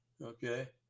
okay